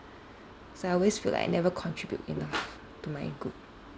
so I always feel like I never contribute enough to my group